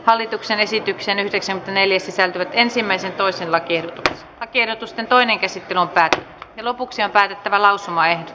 hallituksen esityksen yhdeksän neljäs ja ensimmäisen toisellakin häkkinen lakiehdotusten toinen käsi päätti lopuksi on lähetettävä lausumaehdot